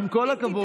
עם כל הכבוד,